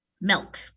milk